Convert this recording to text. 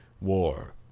war